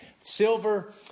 silver